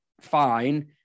fine